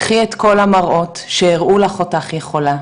קחי את כל המראות שהראו לך אותך יכולה,